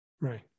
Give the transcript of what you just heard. Right